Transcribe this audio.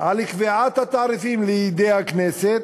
על קביעת התעריפים לידי הכנסת,